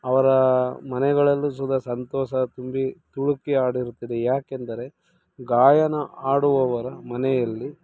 ಅವರ ಮನೆಗಳಲ್ಲೂ ಸುದ ಸಂತೋಷ ತುಂಬಿ ತುಳುಕಿ ಆಡಿರುತ್ತದೆ ಯಾಕೆಂದರೆ ಗಾಯನ ಹಾಡುವವರ ಮನೆಯಲ್ಲಿ